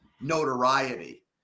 notoriety